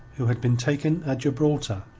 who had been taken at gibraltar.